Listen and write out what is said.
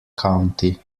county